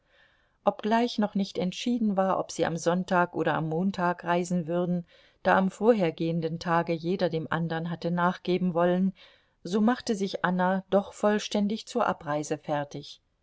obgleich noch nicht entschieden war ob sie am sonntag oder am montag reisen würden da am vorhergehenden tage jeder dem anderen hatte nachgeben wollen so machte sich anna doch vollständig zur abreise fertig